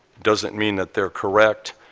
does not mean that they are correct.